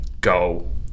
go